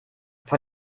vor